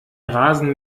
rasen